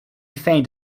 feigned